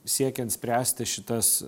siekiant spręsti šitas